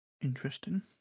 Interesting